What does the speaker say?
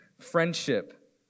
friendship